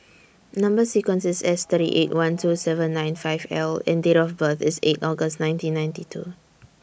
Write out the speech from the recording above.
Number sequence IS S thirty eight one two seven nine five L and Date of birth IS eight August nineteen ninety two